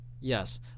Yes